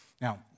Now